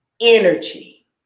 energy